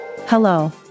Hello